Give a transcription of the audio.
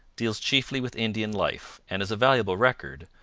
deals chiefly with indian life and is a valuable record,